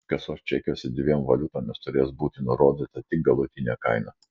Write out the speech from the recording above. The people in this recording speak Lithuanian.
kasos čekiuose dviem valiutomis turės būti nurodyta tik galutinė kaina